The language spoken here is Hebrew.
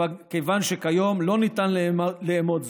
כיוון שכיום לא ניתן לאמוד זאת.